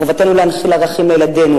מחובתנו להנחיל ערכים לילדינו,